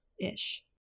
ish